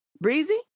breezy